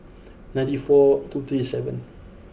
ninety four two three seven